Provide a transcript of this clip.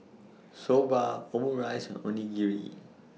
Soba Omurice and Onierei